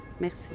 Merci